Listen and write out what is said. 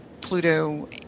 Pluto